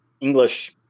English